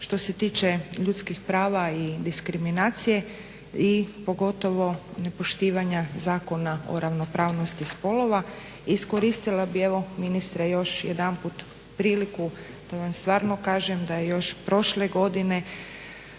što se tiče ljudskih prava i diskriminacije i pogotovo nepoštivanja Zakona o ravnopravnosti spolova. Iskoristila bih evo ministre još jedanput priliku da vam stvarno kažem da se još prošle godine